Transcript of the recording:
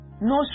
No